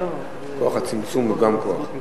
כוח הצמצום הוא גם כוח.